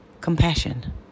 compassion